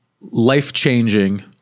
life-changing